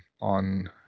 on